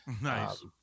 nice